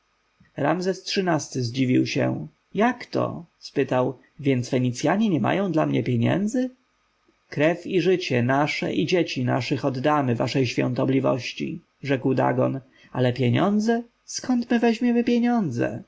dzisiaj ramzes xiii-ty zdziwił się jakto spytał więc fenicjanie nie mają dla mnie pieniędzy krew i życie nasze i dzieci naszych oddamy waszej świątobliwości rzekł dagon ale pieniądze skąd my weźmiemy pieniędzy